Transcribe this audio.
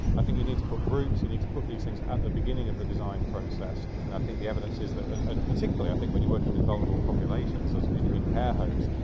i think you need to put groups, you need to put these things at the beginning of the design process, and i think the evidence is that. and particularly i think when you're working with vulnerable populations, as in in care homes,